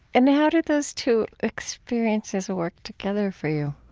and how did those two experiences work together for you?